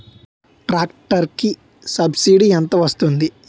Tractor కి subsidy ఎంత వస్తుంది?